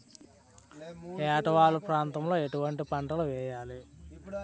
ఏటా వాలు ప్రాంతం లో ఎటువంటి పంటలు వేయాలి?